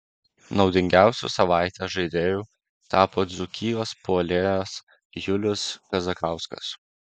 naudingiausiu savaitės žaidėju tapo dzūkijos puolėjas julius kazakauskas